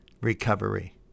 recovery